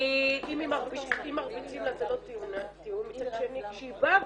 אם מרביצים לה זה לא טיעון מצד שני כשהיא באה